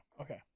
Okay